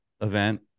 event